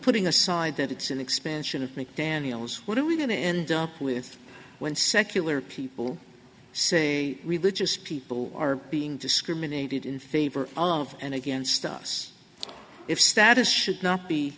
putting aside that it's an expansion of mcdaniel's what are we going to end up with when secular people say religious people are being discriminated in favor of and against us if status should not be